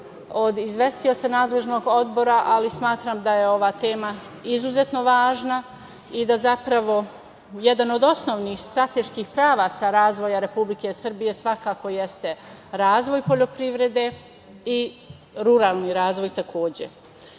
i izvestioca nadležnog odbora, ali smatram da je ova tema izuzetno važna i da zapravo jedan od osnovnih strateških pravaca razvoja Republike Srbije svakako jeste razvoj poljoprivrede i ruralni razvoj takođe. Sa